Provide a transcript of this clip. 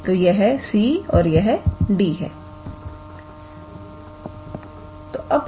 तो यह c और यह d है